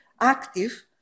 active